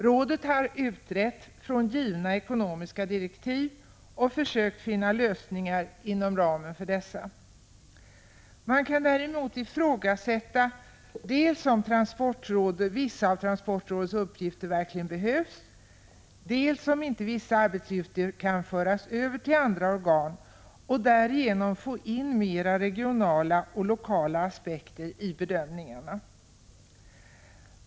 Rådet har utrett från givna ekonomiska direktiv och försökt finna lösningar inom ramen för dessa. Man kan däremot ifrågasätta dels om vissa av transportrådets arbetsuppgifter verkligen behövs, dels om inte vissa arbetsuppgifter kan föras över till andra organ och man därigenom kan få in mer regionala och lokala aspekter i bedömningarna.